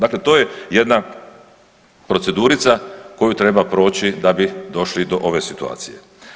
Dakle to je jedna procedurica koju treba proći da bi došli do ove situacije.